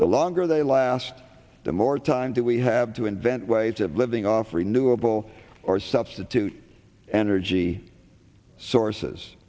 the longer they last the more time that we have to invent ways of living off renewable or substitute energy sources